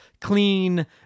clean